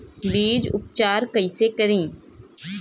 बीज उपचार कईसे करी?